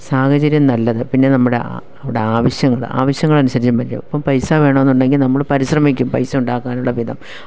സാഹചര്യം നല്ലത് പിന്നെ നമ്മുടെ അവിടെ ആവശ്യങ്ങൾ ആവശ്യങ്ങളനുസരിച്ച് എപ്പം പൈസ വേണമെന്നുണ്ടെങ്കിൽ നമ്മള് പരിശ്രമിക്കും പൈസ ഉണ്ടാക്കാനുള്ള വിധം